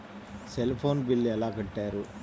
Cell phone bill ఎలా కట్టారు?